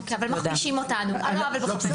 אוקי, אבל מכפישים אותנו על לא עוול בכפינו.